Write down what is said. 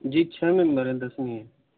جی چھ ممبر ہیں دس نہیں ہیں